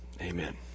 amen